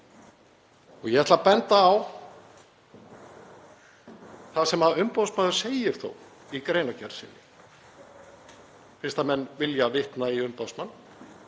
Ég ætla að benda á það sem umboðsmaður segir þó í greinargerð sinni, fyrst menn vilja vitna í umboðsmann,